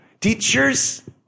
teachers